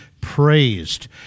praised